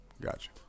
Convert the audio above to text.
Gotcha